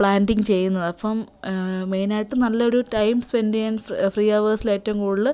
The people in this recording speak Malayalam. പ്ലാൻറ്റിങ്ങ് ചെയ്യുന്നത് അപ്പം മെയിനായിട്ടും നല്ലൊരു ടൈം സ്പെൻഡെയ്യാൻ ഫ് ഫ്രീ അവേഴ്സില് ഏറ്റവും കൂടുതല്